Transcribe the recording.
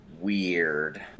weird